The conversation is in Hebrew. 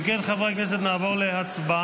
אם כן, חברי הכנסת, נעבור להצבעה.